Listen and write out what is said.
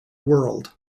world